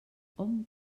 hom